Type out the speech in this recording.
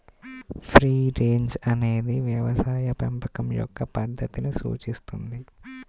free range అనేది వ్యవసాయ పెంపకం యొక్క పద్ధతిని సూచిస్తుంది